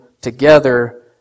together